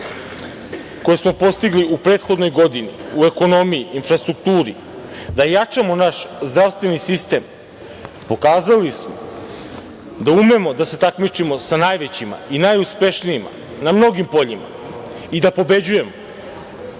koje smo postigli u prethodnoj godini u ekonomiji, infrastrukturi, da jačamo naš zdravstveni sistem, pokazali smo da umemo da se takmičimo sa najvećima i najuspešnijima na mnogim poljima i da pobeđujemo.